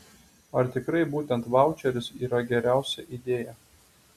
ar tikrai būtent vaučeris yra geriausia idėja